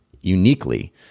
uniquely